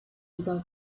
über